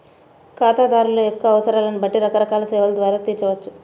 ఖాతాదారుల యొక్క అవసరాలను బట్టి రకరకాల సేవల ద్వారా తీర్చవచ్చు